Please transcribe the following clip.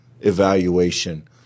evaluation